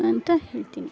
ಅಂತ ಹೇಳ್ತೀನಿ